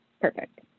Perfect